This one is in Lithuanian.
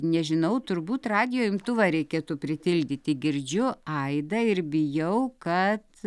nežinau turbūt radijo imtuvą reikėtų pritildyti girdžiu aidą ir bijau kad